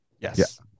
Yes